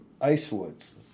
isolates